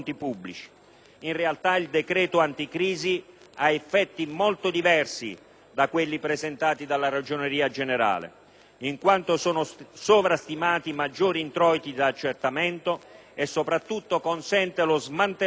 In realtà il decreto anticrisi ha effetti molto diversi da quelli presentati dalla Ragioneria generale dello Stato, in quanto sono sovrastimati i maggiori introiti da accertamento e, soprattutto, esso consente lo smantellamento